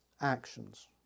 actions